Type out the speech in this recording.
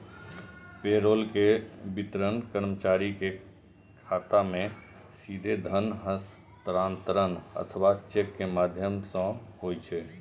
payroll के वितरण कर्मचारी के खाता मे सीधे धन हस्तांतरण अथवा चेक के माध्यम सं होइ छै